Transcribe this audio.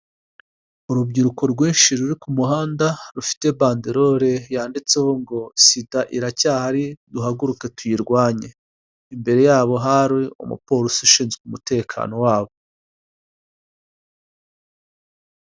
Urubyiruko rwinshi ruri ku muhanda, rufite banderore yanditseho ngo sida iracyahari duhaguruke tuyirwanye. Imbere yabo hari umupolisi ushinzwe umutekano wabo.